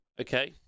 Okay